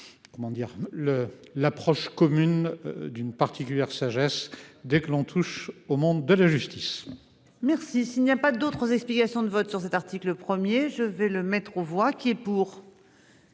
Comment dire le, l'approche commune d'une particulière sagesse dès que l'on touche au monde de la justice. Merci. S'il n'y a pas d'autres explications de vote sur cet article premier, je vais le mettre aux voix qui est pour.